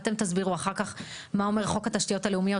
אתם תסבירו אחר כך מה אומר חוק התשתיות הלאומיות,